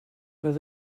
roedd